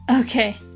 okay